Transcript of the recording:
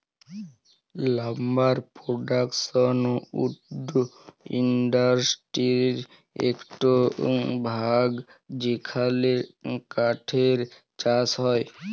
lumber production wood ইন্ডাসটিরির একট ভাগ যেখালে কাঠের চাষ হয়